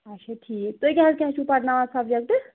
اَچھا ٹھیٖک تُہۍ کیٛاہ حظ کیٛاہ حظ چھِو پرٕناوان سَبجَکٹہٕ